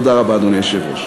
תודה רבה, אדוני היושב-ראש.